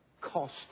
cost